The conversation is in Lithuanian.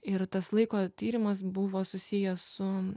ir tas laiko tyrimas buvo susijęs su